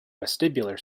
vestibular